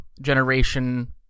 generation